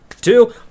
two